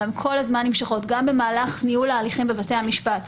אלא הן נמשכות גם במהלך ניהול ההליכים בבתי המשפט,